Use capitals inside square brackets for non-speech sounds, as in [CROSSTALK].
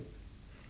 [BREATH]